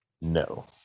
No